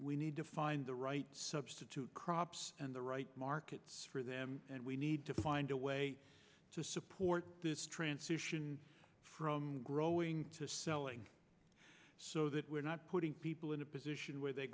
we need to find the right substitute crops and the right markets for them and we need to find a way to support this transition from growing to selling so that we're not putting people in a position where they